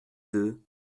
deux